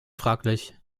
fraglich